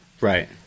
right